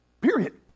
Period